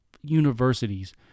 universities